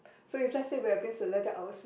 so you just say we have this